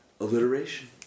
Alliteration